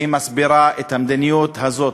והיא מסבירה את המדיניות הזאת.